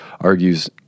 argues